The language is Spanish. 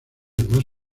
más